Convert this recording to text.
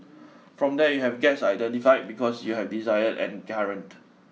from there you have gaps identified because you have desired and current